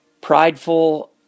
prideful